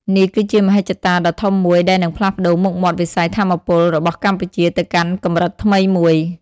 នេះគឺជាមហិច្ឆតាដ៏ធំមួយដែលនឹងផ្លាស់ប្ដូរមុខមាត់វិស័យថាមពលរបស់កម្ពុជាទៅកាន់កម្រិតថ្មីមួយ។